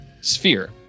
sphere